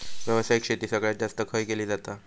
व्यावसायिक शेती सगळ्यात जास्त खय केली जाता?